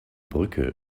brücke